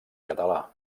català